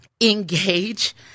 Engage